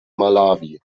malawi